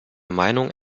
meinung